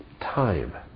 time